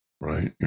right